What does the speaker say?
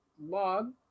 log